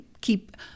keep